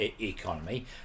economy